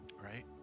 right